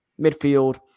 Midfield